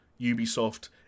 Ubisoft